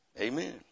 Amen